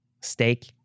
steak